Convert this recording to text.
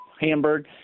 Hamburg